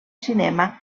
cinema